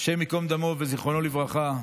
השם ייקום דמו וזיכרונו לברכה,